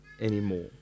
anymore